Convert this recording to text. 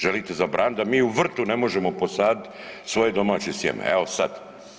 Želite zabraniti da mi u vrtu ne možemo posaditi svoje domaće sjeme evo sada.